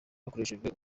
hakoreshejwe